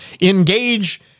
engage